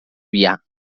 biar